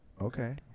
okay